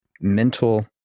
mental